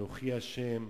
אנוכי השם,